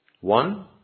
One